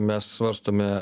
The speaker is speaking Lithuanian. mes svarstome